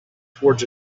toward